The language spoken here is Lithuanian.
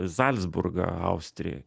į zalzburgą austrijoj